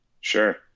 Sure